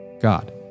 God